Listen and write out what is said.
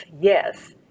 yes